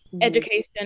education